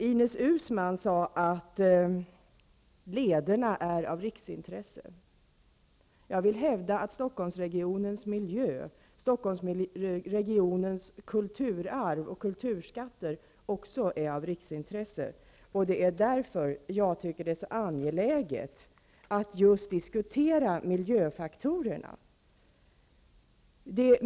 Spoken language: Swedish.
Ines Uusmann sade att lederna är av riksintresse. Jag vill hävda att Stockholmsregionens miljö, kulturarv och kulturskatter också är av riksintresse. Det är därför som jag tycker att det är så angeläget att man just diskuterar mijöfaktorerna.